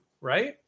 right